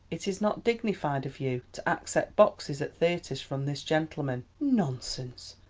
it is not dignified of you to accept boxes at theatres from this gentleman. nonsense.